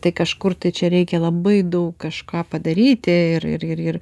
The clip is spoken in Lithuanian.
tai kažkur tai čia reikia labai daug kažką padaryti ir ir ir ir